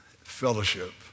fellowship